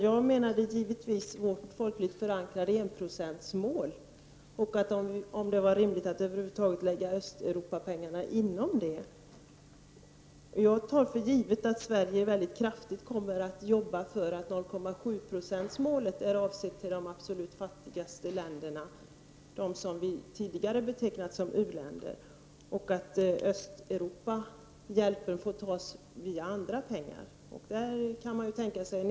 Jag menade givetvis vårt folkligt förankrade enprocentsmål och undrade om det över huvud taget var rimligt att Östeuropabiståndet skulle ligga inom ramen för detta. Jag tar för givet att Sverige mycket kraftigt kommer att arbeta för att 0,7-procentsmålet är avsett för de absolut fattigaste länderna, de länder som vi tidigare betecknat som u-länder, och att pengar till Östeuropa får tas från annat håll.